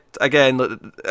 again